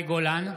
מאי גולן,